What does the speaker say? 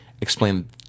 explain